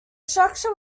structure